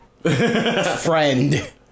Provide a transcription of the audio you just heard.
friend